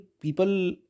people